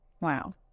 Wow